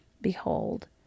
Behold